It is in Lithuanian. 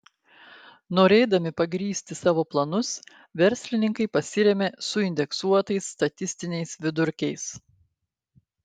norėdami pagrįsti savo planus verslininkai pasirėmė suindeksuotais statistiniais vidurkiais